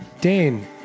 Dane